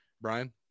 Brian